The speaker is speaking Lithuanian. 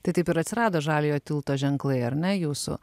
tai taip ir atsirado žaliojo tilto ženklai ar ne jūsų